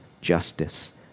justice